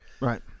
right